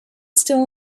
still